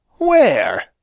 Where